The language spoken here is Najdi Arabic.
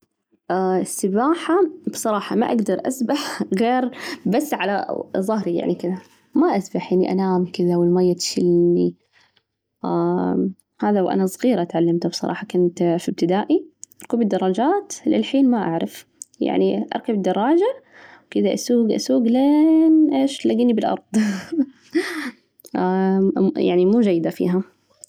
السباحة بصراحة ما أجدر أسبح غير بس على ظهري يعني كذا، ما أسبح يعني أنام كذا والمية تشلني هذا وأنا صغيرة تعلمته بصراحة كنت في ابتدائي، ركوب الدراجات للحين ما أعرف، يعني أركب الدراجة وكذا، أسوق، أسوق لين إيش؟ تلاقيني بالأرض، يعني مو جيدة فيها.